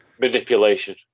Manipulation